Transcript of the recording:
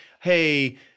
hey